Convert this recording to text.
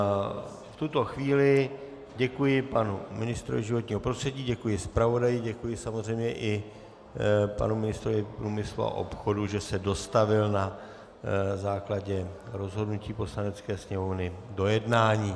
V tuto chvíli děkuji panu ministrovi životního prostředí, děkuji zpravodaji, děkuji samozřejmě i panu ministrovi průmyslu a obchodu, že se dostavil na základě rozhodnutí Poslanecké sněmovny do jednání.